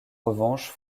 revanche